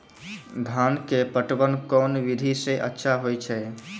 धान के पटवन कोन विधि सै अच्छा होय छै?